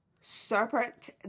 Serpent